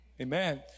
Amen